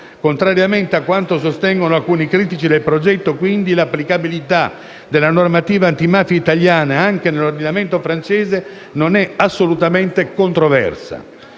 Contrariamente a quanto sostengono alcuni critici del progetto quindi, l'applicabilità della normativa antimafia italiana anche nell'ordinamento francese non è assolutamente controversa.